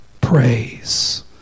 praise